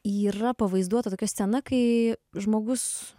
yra pavaizduota tokia scena kai žmogus